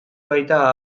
baita